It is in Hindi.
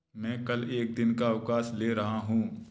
मैं कल एक दिन का अवकाश ले रहा हूँ